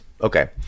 Okay